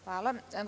Hvala.